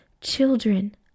children